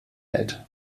hält